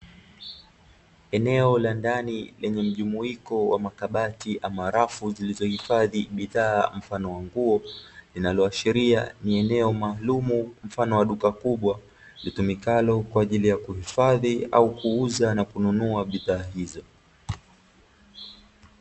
Eneo la ndani lenye mjumuiko wa makabati ama rafu zilizo hifadhi bidhaa mfano wa nguo, linaloashiria eneo maalum mfano wa duka kubwa. Litumikalo kwa ajili ya kuhifadhi au kuuza na kununua bidhaa hizo.